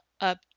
up